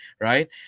right